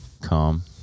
calm